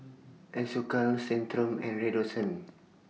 Isocal Centrum and Redoxon